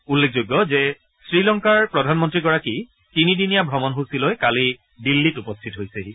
উল্লেখযোগ্য শ্ৰীলংকাৰ প্ৰধানমন্ত্ৰীগৰাকী তিনিদিনীয়া ভ্ৰমণসূচী লৈ কালি দিল্লীত উপস্থিত হৈছেহি